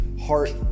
heart